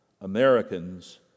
Americans